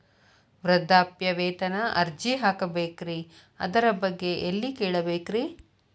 ವೃದ್ಧಾಪ್ಯವೇತನ ಅರ್ಜಿ ಹಾಕಬೇಕ್ರಿ ಅದರ ಬಗ್ಗೆ ಎಲ್ಲಿ ಕೇಳಬೇಕ್ರಿ?